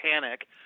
panic